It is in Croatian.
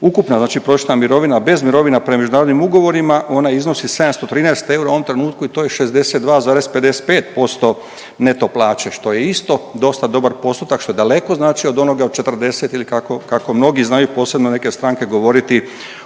ukupna znači prosječna mirovina bez mirovina prema međunarodnim ugovorima ona iznosi 713 eura. U ovom trenutku to je 62,55% neto plaće što je isto dosta dobar postotak što daleko znači od onoga 40 ili kako mnogi znaju, posebno neke stranke govoriti u